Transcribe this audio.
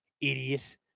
idiot